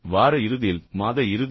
வார இறுதியில் மாத இறுதியில்